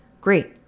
great